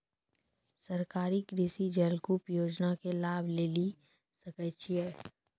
सरकारी कृषि जलकूप योजना के लाभ लेली सकै छिए?